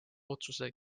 otsuse